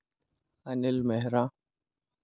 Anil Mehra